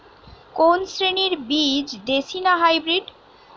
কোন শ্রেণীর বীজ দেশী না হাইব্রিড?